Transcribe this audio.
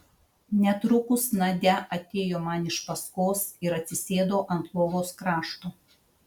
netrukus nadia atėjo man iš paskos ir atsisėdo ant lovos krašto